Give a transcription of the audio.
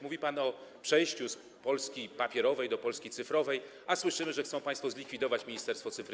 Mówi pan o przejściu z Polski papierowej do Polski cyfrowej, a słyszymy, że chcą państwo zlikwidować Ministerstwo Cyfryzacji.